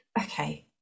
okay